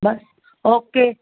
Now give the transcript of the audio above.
ਬਸ okay